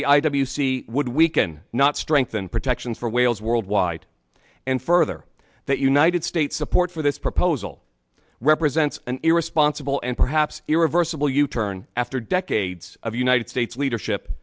c would weaken not strengthen protections for whales worldwide and further that united states support for this proposal represents an irresponsible and perhaps irreversible u turn after decades of united states leadership